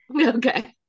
okay